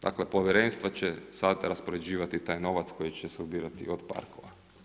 Dakle povjerenstvo će sada raspoređivati taj novac koji će se ubirati od parkova.